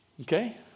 Okay